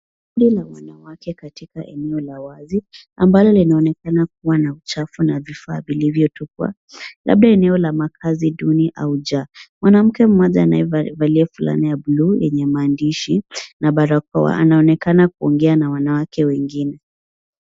Kundi la wanawake katika eneo la wazi ambalo linaonekana kuwa na chafu na vifaa vilivyotupwa labda eneo la makazi duni au jaa. Mwanamke mmoja anayevalia fulana ya buluu yenye maandishi na barakoa anaonekana kuongea na wanawake wengine.